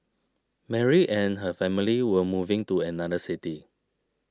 Mary and her family were moving to another city